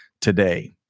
today